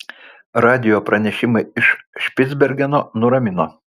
radijo pranešimai iš špicbergeno nuramino